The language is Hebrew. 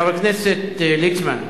חבר הכנסת ליצמן,